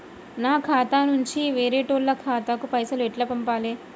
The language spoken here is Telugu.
నా ఖాతా నుంచి వేరేటోళ్ల ఖాతాకు పైసలు ఎట్ల పంపాలే?